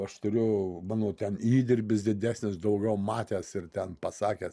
aš turiu mano ten įdirbis didesnis daugiau matęs ir ten pasakęs